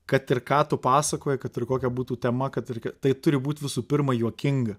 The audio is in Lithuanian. kad ir ką tu pasakoji kad ir kokia būtų tema kad ir k tai turi būt visų pirma juokinga